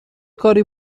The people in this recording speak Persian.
کاری